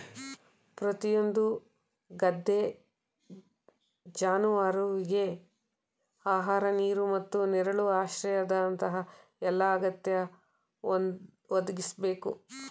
ಪ್ರತಿಯೊಂದು ಗದ್ದೆ ಜಾನುವಾರುವಿಗೆ ಆಹಾರ ನೀರು ಮತ್ತು ನೆರಳು ಆಶ್ರಯದಂತ ಎಲ್ಲಾ ಅಗತ್ಯ ಒದಗಿಸ್ಬೇಕು